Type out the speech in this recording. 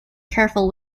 careful